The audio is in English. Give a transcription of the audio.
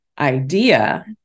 idea